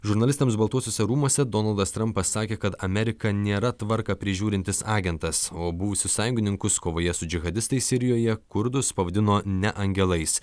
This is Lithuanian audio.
žurnalistams baltuosiuose rūmuose donaldas trumpas sakė kad amerika nėra tvarką prižiūrintis agentas o buvusius sąjungininkus kovoje su džihadistais sirijoje kurdus pavadino ne angelais